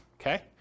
okay